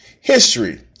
History